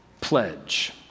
Pledge